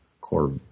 core